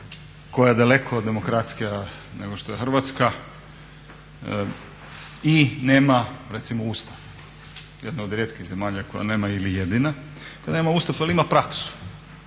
koja je daleko demokratskija nego što je Hrvatska i nema recimo Ustav, jedna od rijetkih zemalja koja nema ili jedina koja nema Ustav ali ima praksu.